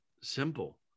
Simple